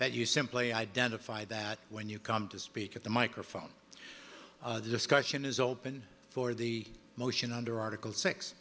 that you simply identify that when you come to speak at the microphone the discussion is open for the motion under article s